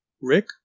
Rick